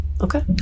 Okay